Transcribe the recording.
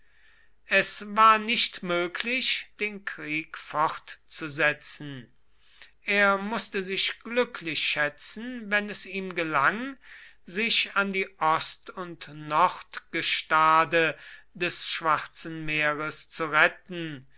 es war nicht möglich den krieg fortzusetzen er mußte sich glücklich schätzen wenn es ihm gelang sich an die ost und nordgestade des schwarzen meeres zu retten